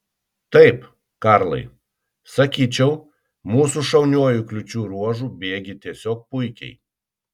taip karlai sakyčiau mūsų šauniuoju kliūčių ruožu bėgi tiesiog puikiai